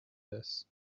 this